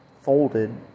folded